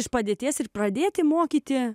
iš padėties ir pradėti mokyti